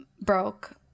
broke